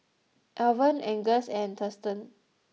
Alvan Angus and Thurston